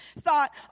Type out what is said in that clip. thought